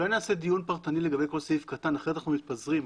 אולי נעשה דיון פרטני לגבי כל סעיף קטן אחרת אנחנו מתפזרים.